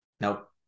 Nope